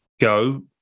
go